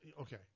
okay